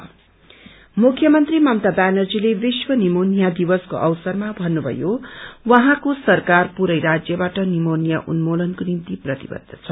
pneumonia मुख्यमन्त्री ममता व्यानर्जीते विश्व निमोनिया दिवसको अवसरमा भन्नुथयो उहाँको सरकार पूरै राज्यबाट निमोनिया उन्यूलनको निम्ति प्रतिबद्ध छ